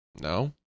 No